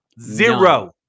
Zero